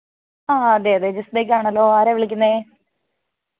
ആ ആ അതെ അതെ ജിസ് ബേക്കാണല്ലോ ആരാണ് വിളിക്കുന്നത്